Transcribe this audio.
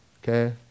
Okay